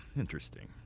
interesting.